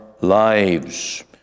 lives